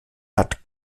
hat